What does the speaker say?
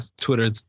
Twitter